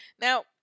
Now